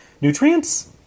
nutrients